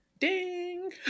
Ding